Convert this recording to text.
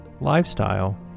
lifestyle